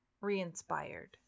re-inspired